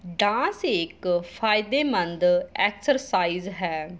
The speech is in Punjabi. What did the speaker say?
ਡਾਂਸ ਇਕ ਫ਼ਾਇਦੇਮੰਦ ਐਕਸਰਸਾਈਜ਼ ਹੈ